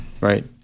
right